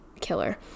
killer